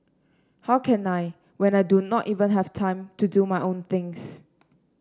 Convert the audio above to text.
how can I when I do not even have time to do my own things